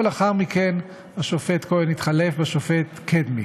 ולאחר מכן השופט כהן התחלף בשופט קדמי.